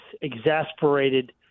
exasperated